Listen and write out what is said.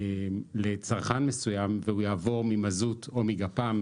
לצרכן מסוים והוא יעבור ממזוט או מגפ"מ,